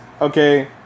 okay